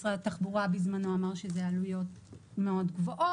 משרד התחבורה אמר בזמנו שהעלויות גבוהות מאוד,